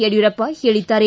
ಯಡಿಯೂರಪ್ಪ ಹೇಳಿದ್ದಾರೆ